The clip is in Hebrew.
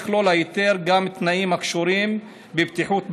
יכלול ההיתר גם תנאים הקשורים בבטיחות בעבודה,